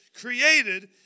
created